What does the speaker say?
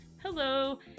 hello